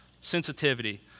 sensitivity